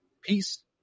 peace